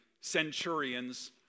centurions